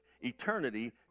Eternity